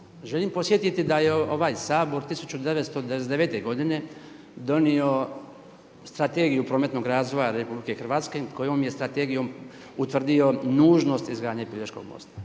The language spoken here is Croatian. Želim podsjetiti da je ovaj Sabor 1999. godine donio Strategiju prometnog razvoja RH kojom je strategijom utvrdio nužnost izgradnje Pelješkog mosta.